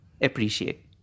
appreciate